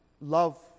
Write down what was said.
love